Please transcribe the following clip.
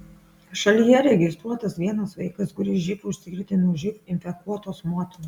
šalyje registruotas vienas vaikas kuris živ užsikrėtė nuo živ infekuotos motinos